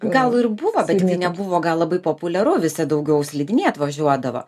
gal ir buvo bet jinai nebuvo gal labai populiaru visi daugiau slidinėt važiuodavo